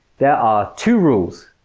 there are two rules